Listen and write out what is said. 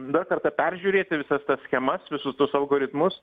dar kartą peržiūrėti visas tas schemas visus tuos algoritmus